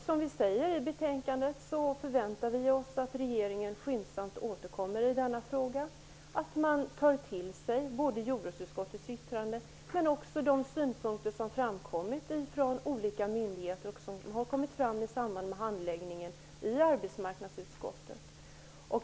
Som vi säger i betänkandet förväntar vi oss att regeringen skyndsamt återkommer i denna fråga och att den tar till sig både jordbruksutskottets yttrande och de synpunkter som har kommit från olika myndigheter och som har kommit fram i samband med handläggningen i arbetsmarknadsutskottet.